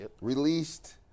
released